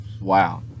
Wow